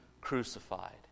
crucified